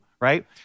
right